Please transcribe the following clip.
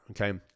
Okay